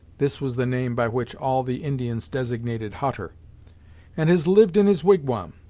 this was the name by which all the indians designated hutter and has lived in his wigwam.